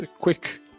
quick